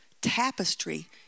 tapestry